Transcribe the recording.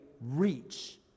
reach